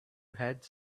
heads